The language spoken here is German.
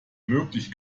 möglich